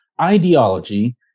ideology